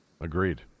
Agreed